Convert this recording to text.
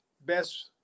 best –